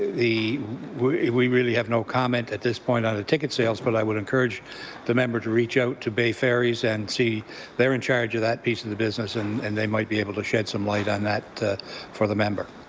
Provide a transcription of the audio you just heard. the we we really have no comment at this point on the ticket sales, but i would encourage the member to reach out to bay ferries and see they're in charge of that piece of the business and and they might be able to shed some light on that for the member.